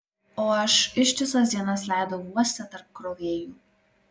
o aš ištisas dienas leidau uoste tarp krovėjų